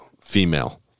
female